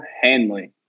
Hanley